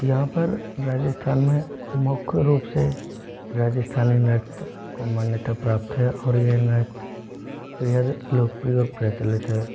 यहाँ पर राजस्थान में मुख्य रूप से राजस्थानी नृत्य को मान्यता प्राप्त है और यह नृत्य बेहद लोकप्रिय और प्रचलित है